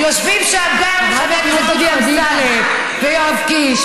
השבוע, רק אמרו לך נטו, נדלקו לך העיניים.